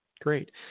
great